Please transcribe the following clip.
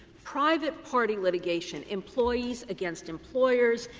private party litigation, employees against employers,